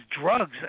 drugs